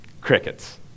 Crickets